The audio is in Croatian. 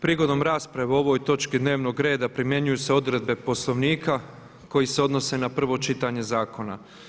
Prigodom rasprave o ovoj točki dnevnog reda primjenjuju se odredbe Poslovnika koji se odnose na prvo čitanje zakona.